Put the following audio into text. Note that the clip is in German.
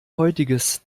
heutiges